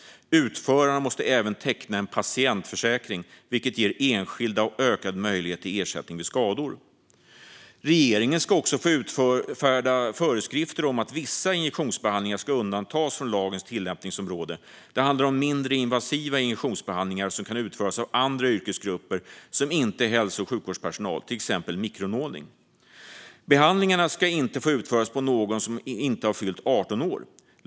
Utförarna måste även teckna en patientförsäkring, vilket ger enskilda ökad möjlighet till ersättning vid skador. Regeringen ska också få utfärda föreskrifter om att vissa injektionsbehandlingar ska undantas från lagens tillämpningsområde. Det handlar om mindre invasiva injektionsbehandlingar, till exempel mikronålning, som kan utföras av andra yrkesgrupper som inte är hälso och sjukvårdspersonal. Behandlingarna ska inte få utföras på någon som inte har fyllt 18 år.